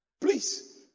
Please